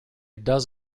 does